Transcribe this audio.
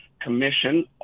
commission